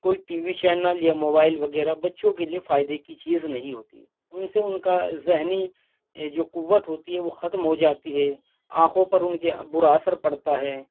کوئی T V channel یا mobile وغیرہ بچّوں کے لیے فائدے کی چیز نہیں ہوتی ان سے ان کا ذہنی یہ جو قّّوّت ہوتی ہے وہ ختم ہو جاتی ہے آنکھوں پر ان کے برا اثر پڑتا ہے